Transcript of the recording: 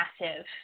massive